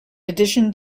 addition